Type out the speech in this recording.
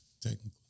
Technically